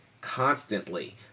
constantly